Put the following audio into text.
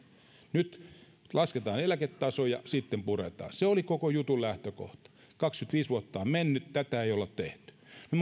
lasketaan eläketasoja sitten puretaan se oli koko jutun lähtökohta kaksikymmentäviisi vuotta on mennyt tätä ei olla tehty nyt me olemme siinä